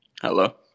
Hello